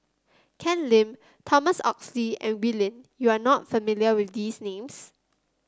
Ken Lim Thomas Oxley and Wee Lin you are not familiar with these names